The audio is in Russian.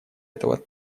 этого